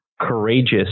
courageous